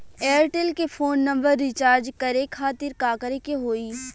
Airtel के phone number recharge करे के खातिर का करे के होई?